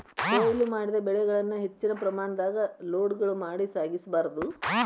ಕೋಯ್ಲು ಮಾಡಿದ ಬೆಳೆಗಳನ್ನ ಹೆಚ್ಚಿನ ಪ್ರಮಾಣದಾಗ ಲೋಡ್ಗಳು ಮಾಡಿ ಸಾಗಿಸ ಬಾರ್ದು